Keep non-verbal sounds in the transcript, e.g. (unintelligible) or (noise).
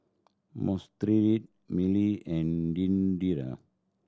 (unintelligible) Miley and (unintelligible)